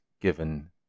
given